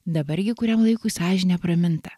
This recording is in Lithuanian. dabar gi kuriam laikui sąžinė apraminta